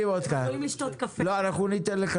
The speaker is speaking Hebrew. תראו,